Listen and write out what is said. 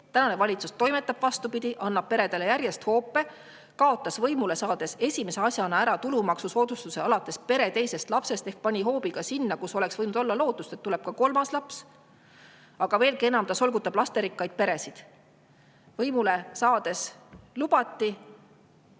Tänane valitsus toimetab vastupidi, annab peredele järjest hoope. Võimule saades ta kaotas esimese asjana ära tulumaksusoodustuse alates pere teisest lapsest ehk andis hoobi sinna, kus oleks võinud olla lootust, et tuleb ka kolmas laps. Aga veelgi enam, ta solgutab lasterikkaid peresid. Võimule saades lubati